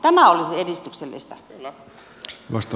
tämä olisi edistyksellistä